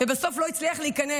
ובסוף לא הצליח להיכנס.